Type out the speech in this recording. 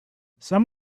some